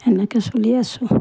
সেনেকৈ চলি আছোঁ